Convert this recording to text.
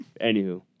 Anywho